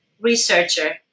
researcher